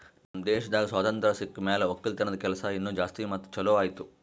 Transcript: ನಮ್ ದೇಶದಾಗ್ ಸ್ವಾತಂತ್ರ ಸಿಕ್ ಮ್ಯಾಲ ಒಕ್ಕಲತನದ ಕೆಲಸ ಇನಾ ಜಾಸ್ತಿ ಮತ್ತ ಛಲೋ ಆಯ್ತು